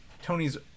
tony's